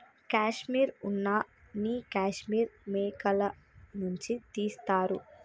కాశ్మీర్ ఉన్న నీ కాశ్మీర్ మేకల నుంచి తీస్తారు